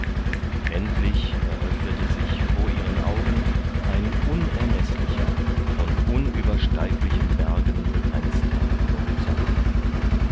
endlich eröffnete sich vor ihren augen ein unermeßlicher von unübersteiglichen bergen begrenzter horizont